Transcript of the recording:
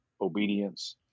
obedience